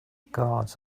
guards